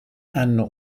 hanno